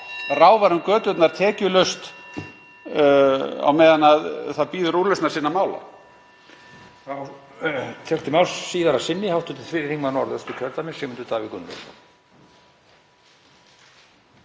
ráfar um göturnar tekjulaust á meðan það bíður úrlausnar sinna mála.